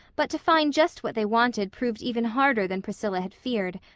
but to find just what they wanted proved even harder than priscilla had feared.